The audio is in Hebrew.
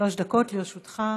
שלוש דקות לרשותך.